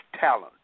talent